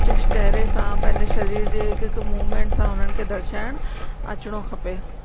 चहेरे सां पंहिंजे सरीर जे हिकु हिकु मूवमेंट सां उन्हनि खे दर्शाइण अचिणो खपे